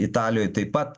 italijoj taip pat